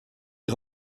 est